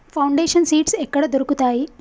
Foundation seeds ఎక్కడ దొరుకుతాయి?